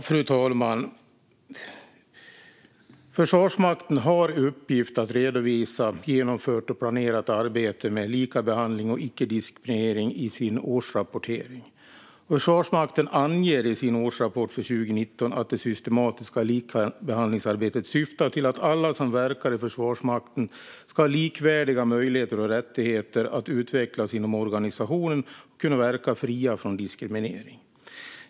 Fru talman! Försvarsmakten har i uppgift att redovisa genomfört och planerat arbete med likabehandling och icke-diskriminering i sina årsredovisningar. Försvarsmakten anger i sin årsredovisning för 2019 att det "systematiska likabehandlingsarbetet syftar till att alla som verkar i Försvarsmakten ska ha likvärdiga möjligheter och rättigheter att utvecklas inom organisationen och kunna verka fria från diskriminering.